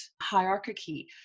hierarchy